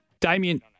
Damien